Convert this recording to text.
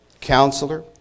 counselor